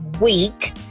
week